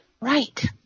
Right